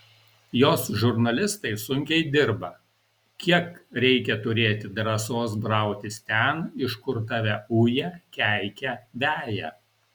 jos žurnalistai sunkiai dirba kiek reikia turėti drąsos brautis ten iš kur tave uja keikia veja